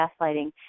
Gaslighting